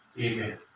Amen